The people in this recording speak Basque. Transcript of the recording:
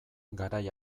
garai